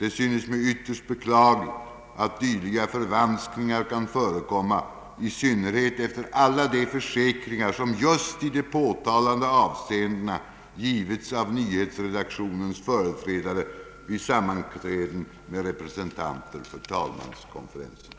Det synes mig ytterst beklagligt att dylika förvanskningar kan förekomma i synnerhet efter alla de försäkringar som i just de påtalade avseendena givits av nyhetsredaktionernas företrädare vid sammanträden med representanter för talmanskonferensen.”